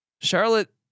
Charlotte